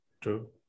True